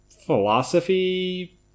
philosophy